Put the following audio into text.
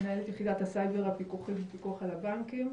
מנהלת יחידת הסייבר הפיקוחי בפיקוח על הבנקים.